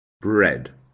Bread